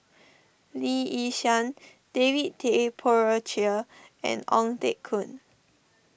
Lee Yi Shyan David Tay Poey Cher and Ong Teng Koon